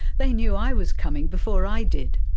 they knew i was coming before i did.